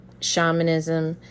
shamanism